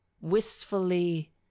Wistfully